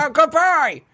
Goodbye